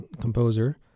composer